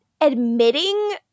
admitting